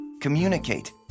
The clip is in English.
Communicate